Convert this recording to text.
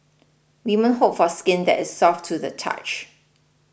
women hope for skin that is soft to the touch